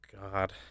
God